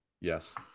Yes